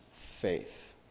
faith